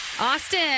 Austin